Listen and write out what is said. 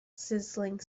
sizzling